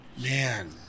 Man